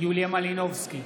יוליה מלינובסקי,